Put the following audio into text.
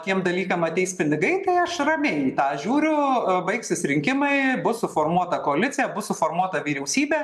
tiem dalykam ateis pinigai tai aš ramiai į tą žiūriu baigsis rinkimai bus suformuota koalicija bus suformuota vyriausybė